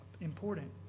important